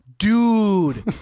Dude